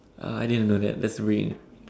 uh I didn't know that that's weird